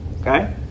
okay